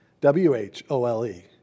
W-H-O-L-E